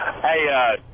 Hey